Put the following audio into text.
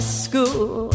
school